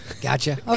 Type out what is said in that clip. Gotcha